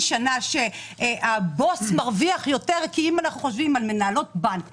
היא שנה שהבוס מרוויח יותר כי אם אנחנו חושבים על מנהלות בנק,